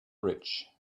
rich